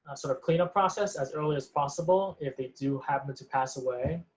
sort of cleanup process as early as possible if they do happen to pass away